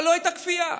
אבל לא הייתה כפייה.